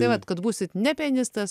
tai vat kad būsit ne pianistas